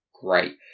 Great